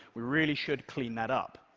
we really should clean that up.